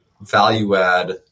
value-add